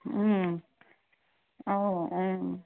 ಹ್ಞೂ ಹ್ಞೂ ಹ್ಞೂ